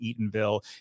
Eatonville